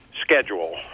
Schedule